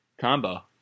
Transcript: Combo